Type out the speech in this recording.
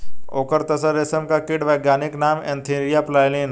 okay तसर रेशम कीट का वैज्ञानिक नाम एन्थीरिया प्राइलीन है